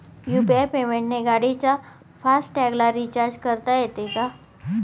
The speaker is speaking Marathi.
यु.पी.आय पेमेंटने गाडीच्या फास्ट टॅगला रिर्चाज करता येते का?